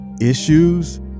Issues